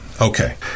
Okay